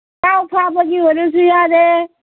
ꯀꯥꯎ ꯐꯥꯕꯒꯤ ꯑꯣꯏꯔꯁꯨ ꯌꯥꯔꯦ